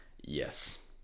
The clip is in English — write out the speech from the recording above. yes